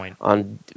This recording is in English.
on